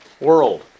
world